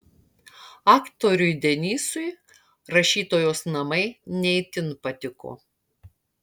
aktoriui denysui rašytojos namai ne itin patiko